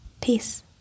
Peace